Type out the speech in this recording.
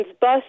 bus